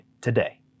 today